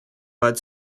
bud